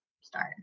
start